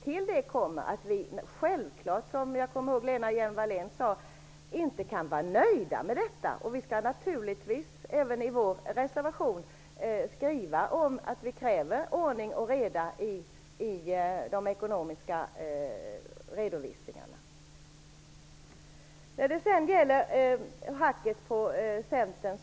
Till det kommer att vi självfallet inte kan vara nöjda med detta. Jag kommer ihåg att Lena Hjelm-Wallén sade det. Vi skall naturligtvis även i vår reservation skriva om att vi kräver ordning och reda i de ekonomiska redovisningarna. Bengt Silfverstrand hackade på Centern.